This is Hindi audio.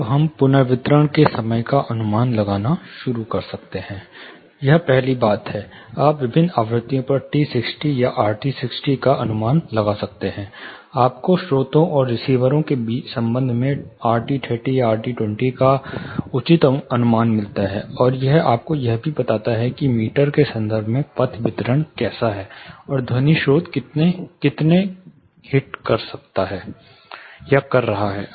तब हम पुनर्वितरण के समय का अनुमान लगाना शुरू कर सकते हैं यह पहली बात है आप विभिन्न आवृत्तियों पर t60 या rt60 का अनुमान लगा सकते हैं आपको स्रोतों और रिसीवरों के संबंध में rt 30 या rt 20 का उचित अनुमान मिलता है और यह आपको यह भी बताता है कि मीटर के संदर्भ में पथ वितरण कैसा है और ध्वनि स्रोत कितने हिट कर रहा है